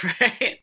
Right